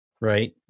right